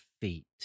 feet